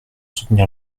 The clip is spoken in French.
soutenir